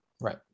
Right